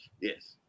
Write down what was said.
Yes